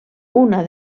una